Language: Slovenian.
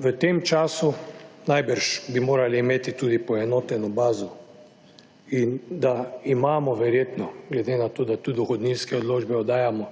V tem času najbrž bi morali imeti tudi poenoteno bazo in da imamo verjetno, glede na to da tudi dohodninske odločbe oddajamo,